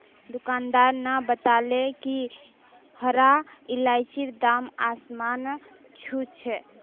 दुकानदार न बताले कि हरा इलायचीर दाम आसमान छू छ